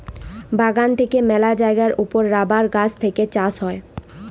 বাগান থেক্যে মেলা জায়গার ওপর রাবার গাছ থেক্যে চাষ হ্যয়